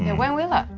you know when will i?